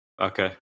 Okay